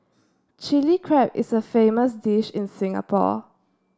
Chilli Crab is a famous dish in Singapore